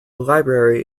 library